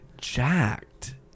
Jacked